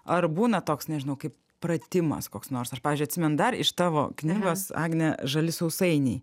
ar būna toks nežinau kaip pratimas koks nors aš pavyzdžiui atsimenu dar iš tavo knygos agne žali sausainiai